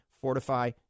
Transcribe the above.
Fortify